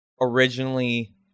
originally